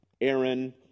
aaron